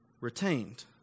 retained